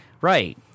Right